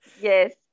Yes